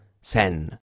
Sen